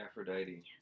Aphrodite